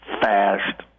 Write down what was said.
fast